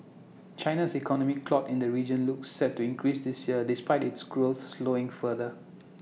China's economic clout in the region looks set to increase this year despite its growth slowing further